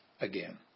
again